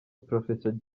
professor